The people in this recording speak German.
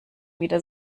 wieder